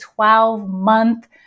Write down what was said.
12-month